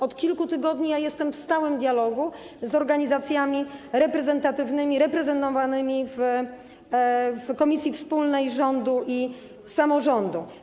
Od kilku tygodni jestem w stałym dialogu z organizacjami reprezentatywnymi, reprezentowanymi w komisji wspólnej rządu i samorządu.